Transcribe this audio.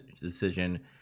decision